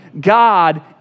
God